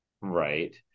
right